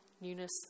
newness